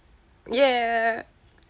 yeah